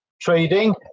trading